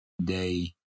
day